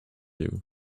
you